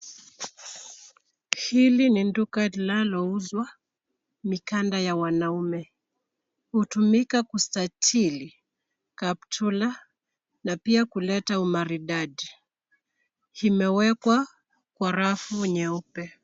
Hili ni duka linalouza mikanda ya wanaume, hutumika kustahiliza kaptula na pia kuleta umaridadi. Imewekwa kwa rafu nyeupe.